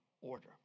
order